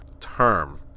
term